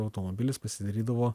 automobilis pasidarydavo